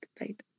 right